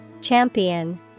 Champion